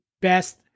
best